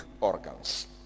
organs